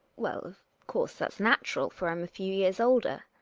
well, of course, that's natural, for i'm a few years older.